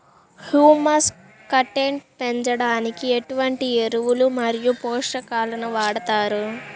Humus content పెంచడానికి ఎటువంటి ఎరువులు మరియు పోషకాలను వాడతారు?